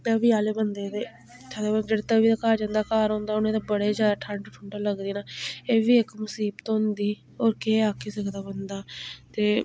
तवी आह्लें ते थल्लें जेह्ड़े तवी दे घर जिंदा घर होंदा उ'नें ते बड़े ज्यादा ठंड ठुंड लगदी न एह् बी इक मसीबत होंदी होर केह् आक्खी सकदा बंदा ते